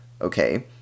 okay